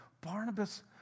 Barnabas